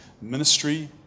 ministry